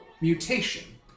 Mutation